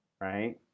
right